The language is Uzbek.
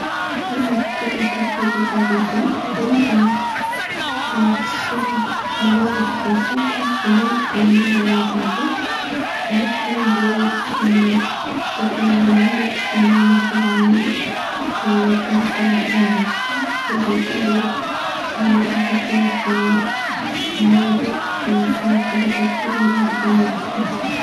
Til va fikr o'rtasidagi bog'liqlik. Til fikr nimani hohlasa til shuni bayon qiladi va til bu biz o'ylagan biz tushungan narsalarni yetkazib beradigan vosita. Fikr bo'lsa bu ziddiyatni nimanidir qaroq qabul qilishni o'ylaydigan vosita.